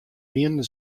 wienen